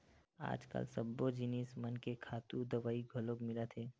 आजकाल सब्बो जिनिस मन के खातू दवई घलोक मिलत हे